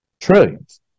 trillions